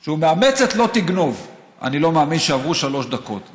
שהוא מאמץ את "לא תגנוב" אני לא מאמין שעברו שלוש דקות,